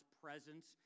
presence